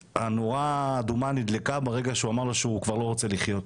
הנורה האדומה נדלקה ברגע שהוא אמר לו שהוא כבר לא רוצה לחיות.